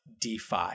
DeFi